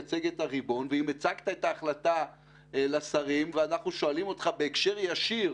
אם הצגת את ההחלטה לשרים ואנחנו שואלים אותך בהקשר ישיר